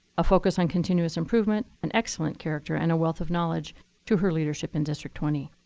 a focus on continuous improvement, an excellent character, and a wealth of knowledge to her leadership in district twenty.